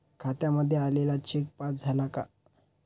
खात्यामध्ये आलेला cheque pass झाला का?